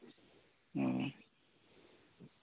ᱚ